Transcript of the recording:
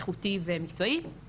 איכותי ומקצועי.